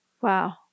Wow